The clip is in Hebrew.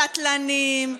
סטלנים,